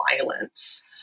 violence